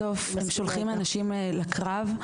בסוף שולחים אנשים לקרב,